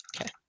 Okay